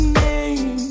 name